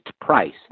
price